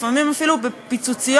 לפעמים אפילו בפיצוציות,